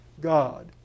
God